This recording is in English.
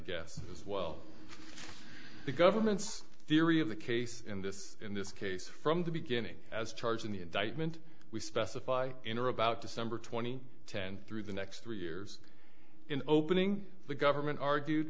guess as well the government's theory of the case in this in this case from the beginning as charged in the indictment we specify in or about december twenty ten through the next three years in opening the government argued